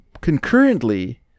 concurrently